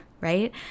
right